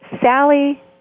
Sally